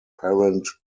apparent